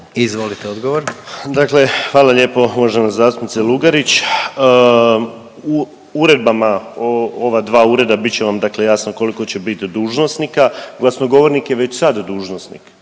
Marin (HDZ)** Dakle, hvala lijepo uvažena zastupnice Lugarić. U uredbama o ova dva ureda, bit će vam, dakle jasno koliko će biti dužnosnika. Glasnogovornik je već sad dužnosnik,